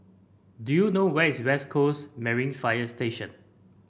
do you know where is West Coast Marine Fire Station